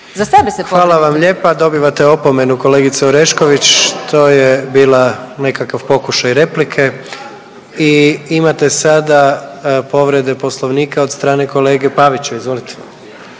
Hvala vam lijepa. Dobivate opomenu kolegice Orešković. To je bila nekakav pokušaj replike i imate sada povrede Poslovnika od strane kolege Pavića.